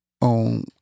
On